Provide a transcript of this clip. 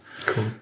Cool